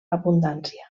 abundància